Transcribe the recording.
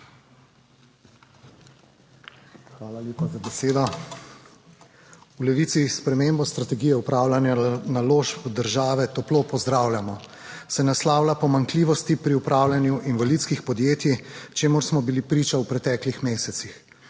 Hvala lepa za besedo. V Levici spremembo strategije upravljanja naložb države toplo pozdravljamo. Se naslavlja pomanjkljivosti pri upravljanju invalidskih podjetij, čemur smo bili priča v preteklih mesecih.